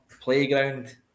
playground